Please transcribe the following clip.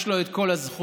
יש לו את כל הזכויות,